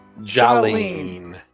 Jolene